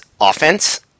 offense